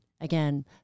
again